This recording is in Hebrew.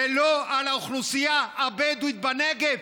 ולא על האוכלוסייה הבדואית בנגב,